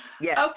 Yes